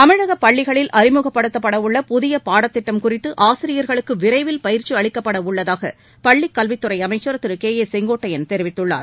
தமிழக பள்ளிகளில் அறிமுகப்படுத்தப்பட உள்ள புதிய பாடத்திட்டம் குறித்து ஆசிரியா்களுக்கு விரைவில் பயிற்சி அளிக்கப்பட உள்ளதாக பள்ளிக்கல்வித் துறை அமைச்ச் திரு கே ஏ செங்கோட்டையன் தெரிவித்துள்ளார்